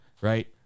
right